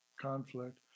conflict